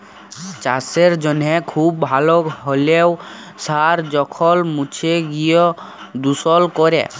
চাসের জনহে খুব ভাল হ্যলেও সার যখল মুছে গিয় দুষল ক্যরে